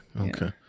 Okay